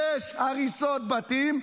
יש הריסות בתים.